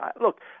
Look